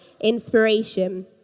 inspiration